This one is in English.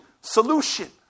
solution